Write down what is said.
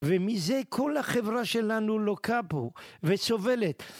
ומזה כל החברה שלנו לוקה פה וסובלת.